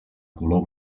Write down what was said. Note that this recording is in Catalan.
color